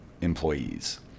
employees